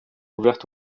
ouvertes